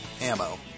ammo